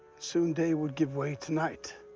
soon, day would give way to night,